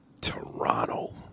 Toronto